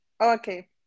okay